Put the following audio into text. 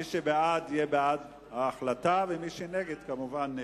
מי שבעד יהיה בעד ההחלטה, ומי שנגד, כמובן נגד.